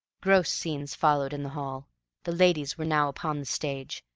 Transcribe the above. gross scenes followed in the hall the ladies were now upon the stage,